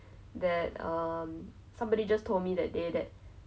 去那里看一下是不是真的这样好玩 lah like